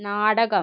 നാടകം